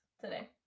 today